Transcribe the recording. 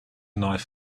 knife